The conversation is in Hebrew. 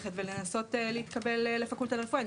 ללכת ולנסות להתקבל לפקולטה לרפואה.